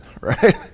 right